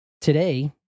today